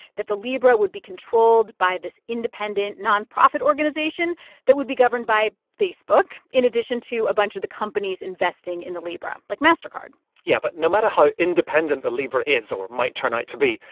that the libra would be controlled by this independent nonprofit organization that would be governed by facebook, in addition to a bunch of the companies investing in the libra, like mastercard yeah. but no matter how independent the libra is or might turn out to be,